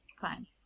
Fine